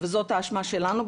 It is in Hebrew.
זאת האשמה שלנו,